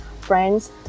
friends